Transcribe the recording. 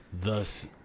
thus